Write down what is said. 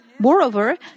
Moreover